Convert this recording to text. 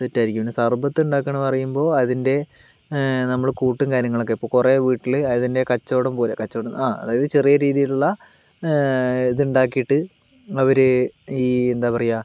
set ആയിരിക്കും പിന്നെ സർബത്ത് ഉണ്ടാക്കുന്ന അറിയുമ്പോൾ അതിൻ്റെ നമ്മളെ കൂട്ടും കാര്യങ്ങളുമൊക്കെ ഇപ്പോൾ കുറെ വീട്ടില് അതിൻ്റെ കച്ചവടം പോലെ കച്ചോ ആ അതായത് ചെറിയ രീതിയിലുള്ള ഇത് ഉണ്ടാക്കിട്ട് അവര് ഈ എന്താ പറയുക